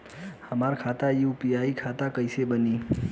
हमार खाता यू.पी.आई खाता कइसे बनी?